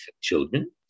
children